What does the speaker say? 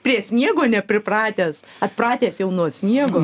prie sniego nepripratęs atpratęs jau nuo sniego